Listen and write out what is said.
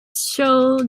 show